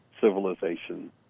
civilization